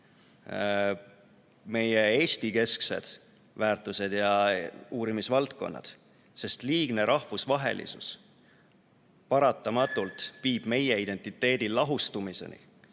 meie Eesti-kesksed väärtused ja uurimisvaldkonnad, sest liigne rahvusvahelisus paratamatult viib meie identiteedi lahustumiseni